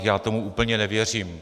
Já tomu úplně nevěřím.